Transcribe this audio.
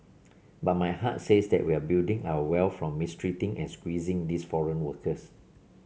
but my heart says that we're building our wealth from mistreating and squeezing these foreign workers